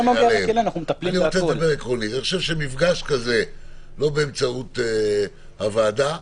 אני חושב שמפגש כזה שלא באמצעות הוועדה